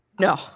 No